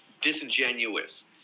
disingenuous